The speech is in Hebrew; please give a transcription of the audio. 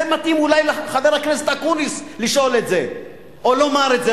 זה מתאים אולי לחבר הכנסת אקוניס לשאול את זה או לומר את זה,